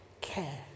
care